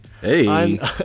hey